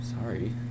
Sorry